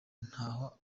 ntaho